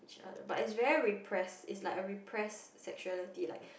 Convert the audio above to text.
with each other but its very repressed its like a repressed sexuality like